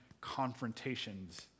confrontations